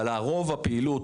אבל רוב הפעילות,